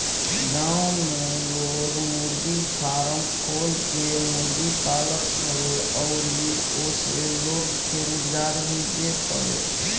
गांव में लोग मुर्गी फारम खोल के मुर्गी पालत हवे अउरी ओसे लोग के रोजगार भी देत हवे